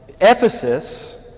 Ephesus